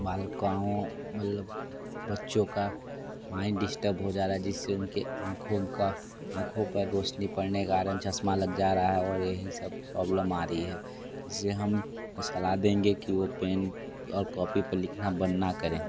बालकों मललब बच्चों का माइंड डिश्टब हो जा रहा है जिस से उनके आँखों का आँखों पर रोशनी पड़ने के कारण चश्मा लग जा रहा है और यही सब प्रॉब्लम आ री है इस लिए हम सलाह देंगे कि वो पेन और कॉपी पर लिखना बन ना करें